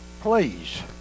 please